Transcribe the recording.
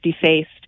defaced